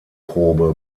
probe